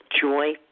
Joy